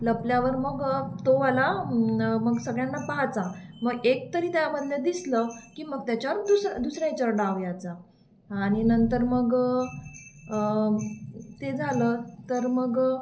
लपल्यावर मग तोवाला मग सगळ्यांना पाहायचा मग एकतरी त्यामधले दिसलं की मग त्याच्यावर दुस दुसऱ्याच्यावर डाव यायचा आणि नंतर मग ते झालं तर मग